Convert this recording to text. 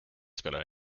spelar